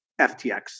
FTX